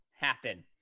happen